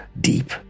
deep